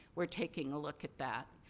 we're taking a look at that.